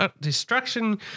destruction